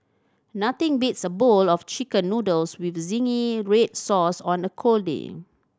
nothing beats a bowl of Chicken Noodles with zingy red sauce on a cold day